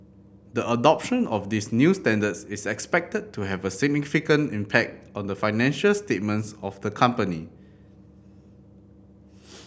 the adoption of these new standards is expected to have a significant impact on the financial statements of the company